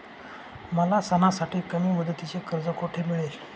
मला सणासाठी कमी मुदतीचे कर्ज कोठे मिळेल?